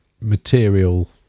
material